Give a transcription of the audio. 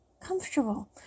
comfortable